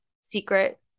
secret